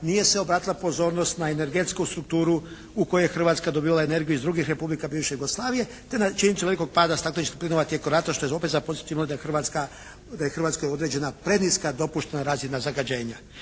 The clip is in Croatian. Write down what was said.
nije se obratila pozornost na energetsku strukturu u kojoj je Hrvatska dobivala energiju iz drugih republika bivše Jugoslavije, te na činjenicu velikog pada stakleničkih plinova tijekom rata što je opet za pozitivno da je Hrvatska, da je Hrvatskoj određena preniska dopuštena razina zagađenja.